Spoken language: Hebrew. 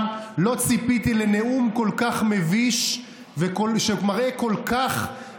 לנאום מביש כזה לא ציפיתי.